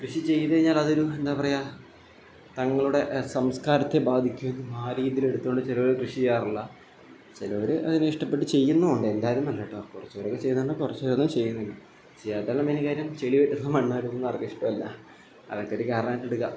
കൃഷി ചേയ്തു കഴിഞ്ഞാൽ ഒരു എന്താണ് പറയുക തങ്ങളുടെ സംസ്കാരത്തെ ബാധിക്കുമെന്നും ആ രീതിയിൽ എടുത്തുകൊണ്ട് ചിലവർ കൃഷി ചെയ്യാറില്ല ചിലവർ അതിനെ ഇഷ്ടപ്പെട്ടു ചെയ്യുന്നുമുണ്ട് എല്ലാവരും എന്നല്ല കേട്ടോ കുറച്ചു പേരൊക്കെ ചെയ്യുന്നതു കൊണ്ട് കുറച്ചു പേരൊന്നും ചെയ്യുന്നില്ല ചെയ്യാത്തതിൻ്റെ മേയ്ൻ കാര്യം ചെളി മണ്ണ് വാരുന്നതൊന്നും അവർക്ക് ഇഷ്ടമല്ല അതൊക്കെ ഒരു കാരണമായിട്ട് എടുക്കാം